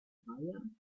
weiher